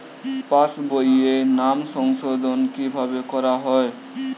পাশ বইয়ে নাম সংশোধন কিভাবে করা হয়?